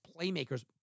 playmakers